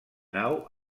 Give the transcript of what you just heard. nau